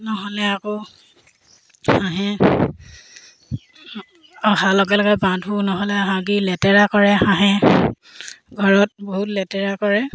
নহ'লে আকৌ হাঁহে অহাৰ লগে লগে বান্ধো নহ'লে হাঁহি লেতেৰা কৰে হাঁহে ঘৰত বহুত লেতেৰা কৰে